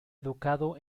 educado